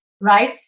Right